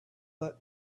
let